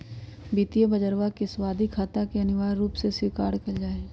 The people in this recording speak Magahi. वित्तीय बजरवा में सावधि खाता के अनिवार्य रूप से स्वीकार कइल जाहई